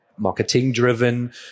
marketing-driven